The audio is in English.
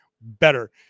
better